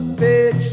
big